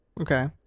Okay